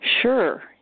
Sure